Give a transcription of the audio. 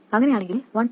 അങ്ങനെയാണെങ്കിൽ 1